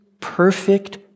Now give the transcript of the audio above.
perfect